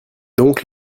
donc